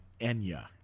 Enya